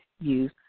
use